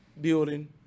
building